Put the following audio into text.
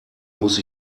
muss